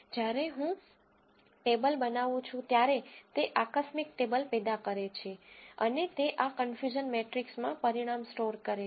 જ્યારે હું ટેબલ બનવું છું ત્યારે તે આકસ્મિક ટેબલ પેદા કરે છે અને તે આ કન્ફયુઝન મેટ્રીક્સમાં પરિણામ સ્ટોર કરે છે